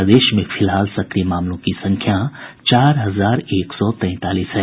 प्रदेश में फिलहाल सक्रिय मामलों की संख्या चार हजार एक सौ तैंतालीस है